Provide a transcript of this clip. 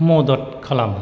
मदद खालामो